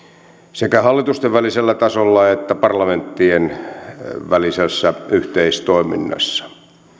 sekä hallitusten välisellä tasolla että parlamenttien välisessä yhteistoiminnassa